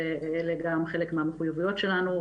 שזה גם חלק מהמחוייבויות שלנו,